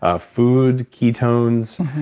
ah food, ketones,